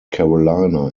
carolina